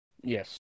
Yes